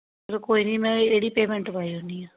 चलो कोई निं में एह् पेमैंट पाई ओड़नियां